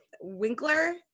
Winkler